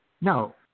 no